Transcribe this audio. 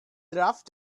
draft